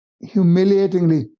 humiliatingly